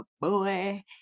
boy